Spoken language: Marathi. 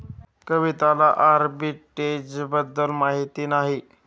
कविताला आर्बिट्रेजबद्दल माहिती नाही